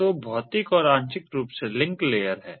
तो भौतिक और आंशिक रूप से लिंक लेयर हैं